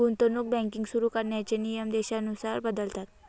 गुंतवणूक बँकिंग सुरु करण्याचे नियम देशानुसार बदलतात